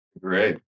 great